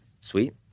sweet